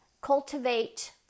cultivate